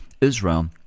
Israel